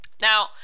Now